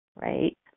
right